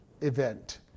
event